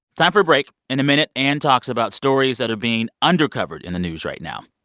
time for a break. in a minute, ann talks about stories that are being under-covered in the news right now.